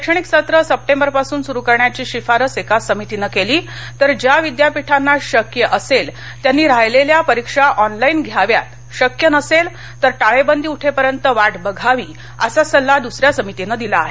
शैक्षणिक सत्र सप्टेबर पासून सुरू करण्याची शिफारस एका समितीनं केली तर ज्या विद्यापीठांना शक्य असेल त्यांनी राहिलेल्या परिक्षा ऑनलाईन घ्याव्यात शक्य नसेल त्यांनी टाळेबंदी उठेपर्यंत वाट बघावी असा सल्ला दुसऱ्या समितीनं दिला आहे